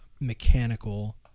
mechanical